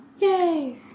yay